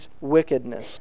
wickedness